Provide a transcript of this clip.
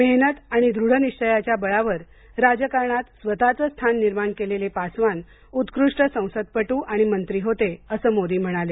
मेहनत आणि दृढ निश्चयाच्या बळावर राजकारणात स्वतःचं स्थान निर्माण केलेले पासवान उत्कृष्ट संसदपटू आणि मंत्री होते असं मोदी म्हणाले